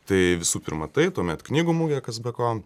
tai visų pirma tai tuomet knygų mugė kas be ko